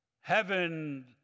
Heaven